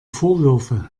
vorwürfe